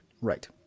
Right